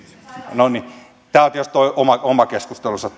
no niin tämä asia on tietysti oma keskustelunsa